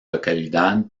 localidad